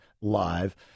live